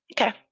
Okay